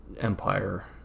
empire